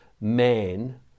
man